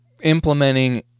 implementing